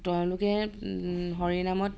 তেওঁলোকে হৰি নামত